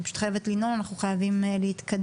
אני פשוט חייבת לנעול ואנחנו חייבים להתקדם.